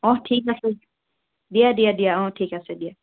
অ' ঠিক আছে দিয়া দিয়া দিয়া অ' ঠিক আছে দিয়া